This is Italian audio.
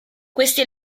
questi